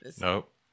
Nope